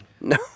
No